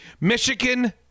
Michigan